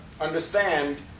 understand